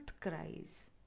cries